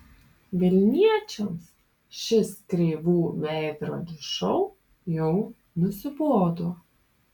vilniečiams šis kreivų veidrodžių šou jau nusibodo